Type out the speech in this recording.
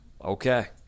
Okay